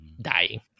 dying